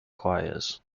choirs